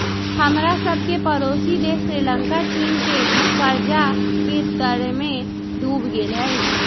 हमरा सभके पड़ोसी देश श्रीलंका चीन के कर्जा के तरमें डूब गेल हइ